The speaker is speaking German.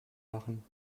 machen